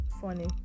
funny